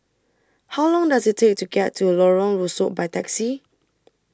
How Long Does IT Take to get to Lorong Rusuk By Taxi